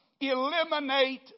eliminate